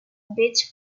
bits